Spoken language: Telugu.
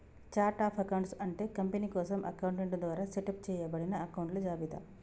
ఛార్ట్ ఆఫ్ అకౌంట్స్ అంటే కంపెనీ కోసం అకౌంటెంట్ ద్వారా సెటప్ చేయబడిన అకొంట్ల జాబితా